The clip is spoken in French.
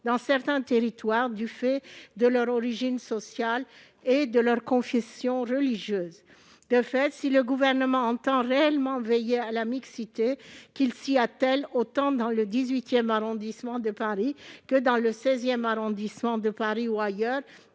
dans certains territoires, du fait de leur origine sociale et de leur confession religieuse. Si le Gouvernement entend réellement veiller à la mixité, qu'il s'y attelle autant dans le XVIII arrondissement de Paris que dans le XVI arrondissement ou ailleurs,